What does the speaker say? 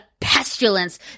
pestilence